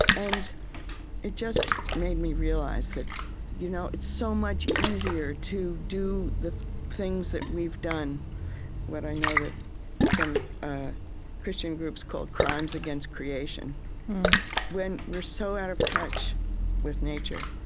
and it just made me realize that you know it's so much easier to do the things that we've done what i know that some christian groups call crimes against creation when we're so out of touch with nature.